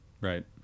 Right